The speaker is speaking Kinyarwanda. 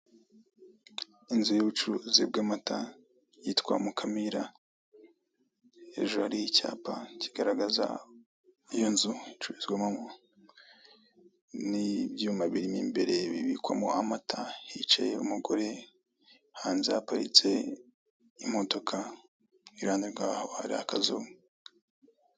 Inzu y'ubucuruzi bw'amata yitwa Mukamira. Hejuru hariho icyapa kigaragaza iyo nzu icururizwamo, n'ibyuma birimo imbere bibikwamo amata. Hicayemo umugore hanze haparitse imodoka iruhande rw'aho hari akazu.